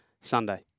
Sunday